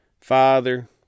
Father